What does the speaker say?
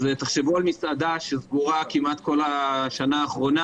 אז תחשבו על מסעדה שסגורה כמעט כל השנה האחרונה